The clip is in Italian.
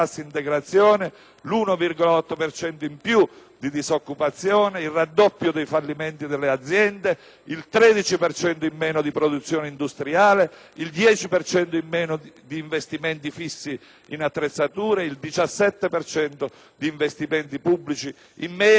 cento in più di disoccupazione, il raddoppio dei fallimenti delle aziende, il 13 per cento in meno di produzione industriale, il 10 per cento in meno di investimenti fissi in attrezzature, il 17 per cento in meno di investimenti pubblici in meno e così via.